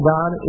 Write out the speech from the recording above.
God